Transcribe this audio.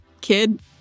Kid